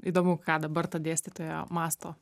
įdomu ką dabar ta dėstytoja mąsto